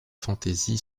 fantaisie